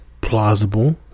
plausible